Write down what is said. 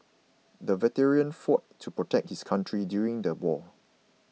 the veteran fought to protect his country during the war